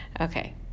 Okay